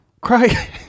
cry